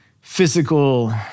physical